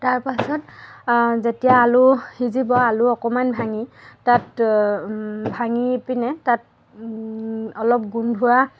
তাৰ পাছত যেতিয়া আলু সিজিব আলু অকণমান ভাঙি তাত ভাঙি পিনে তাত অলপ গোন্ধোৱা